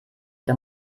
der